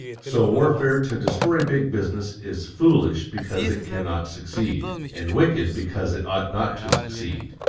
so warfare to destroy big business is foolish because it can not succeed and wicked because it ought not to succeed.